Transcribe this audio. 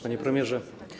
Panie Premierze!